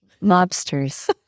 Lobsters